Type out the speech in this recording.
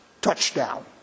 touchdown